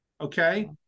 okay